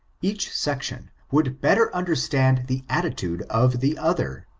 each section would better under stand the attitude of the other,